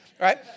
right